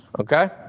okay